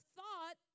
thought